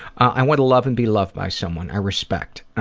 i want to love and be loved by someone i respect.